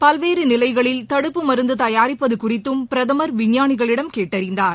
பல்வேறு நிலைகளில் தடுப்பு மருந்து தயாரிப்பது குறித்தும் பிரதமர் விஞ்ஞானிகளிடம் கேட்டறிந்தார்